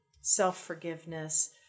self-forgiveness